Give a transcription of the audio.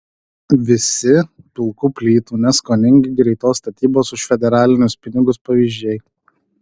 visi pilkų plytų neskoningi greitos statybos už federalinius pinigus pavyzdžiai